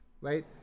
right